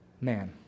man